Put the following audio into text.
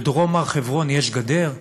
בדרום הר-חברון יש גדר?